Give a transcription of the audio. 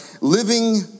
living